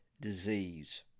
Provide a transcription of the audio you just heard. disease